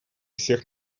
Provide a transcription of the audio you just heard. всех